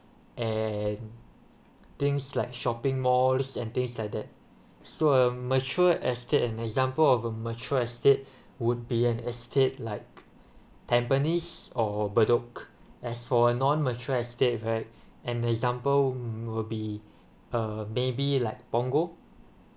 and things like shopping malls and things like that so a mature estate an example of a mature estate would be an estate liked tampines or bedok as for a non mature estate right an example will be uh maybe liked punggol